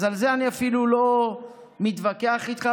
על זה אני אפילו לא מתווכח איתך,